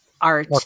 art